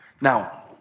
Now